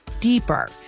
deeper